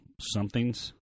somethings